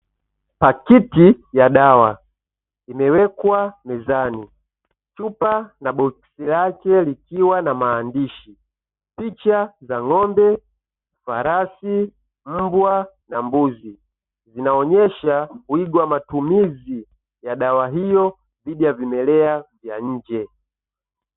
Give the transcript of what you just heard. Pakiti ya dawa, imewekwa mezani chupa na boksi lake likiwa na maandishi, picha za ng'ombe, farasi, mbwa na mbuzi, zinaonyesha wigo wa matumizi ya dawa hiyo, dhidi ya vimelea vya nje.